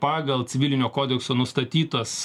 pagal civilinio kodekso nustatytas